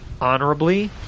honorably